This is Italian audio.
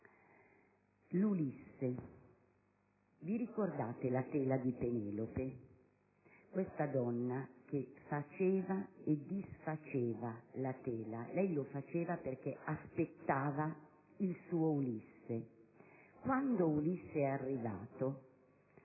Ulisse. Vi ricordate la tela di Penelope? Questa donna faceva e disfaceva la tela, perché aspettava il suo Ulisse. Quando Ulisse arrivò